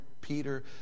Peter